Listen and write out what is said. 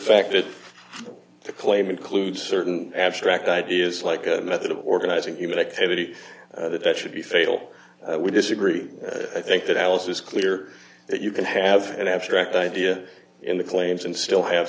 fact that the claim includes certain abstract ideas like a method of organizing human activity that that should be fatal we disagree i think that alice is clear that you can have an abstract idea in the claims and still have